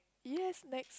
yes next